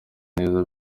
neza